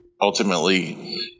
ultimately